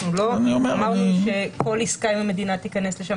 אנחנו לא אמרנו שכל עסקה עם המדינה תיכנס לשם.